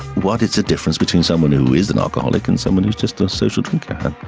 what is the difference between someone who is an alcoholic and someone who is just a social drinker?